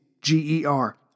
G-E-R